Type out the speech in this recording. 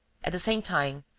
at the same time,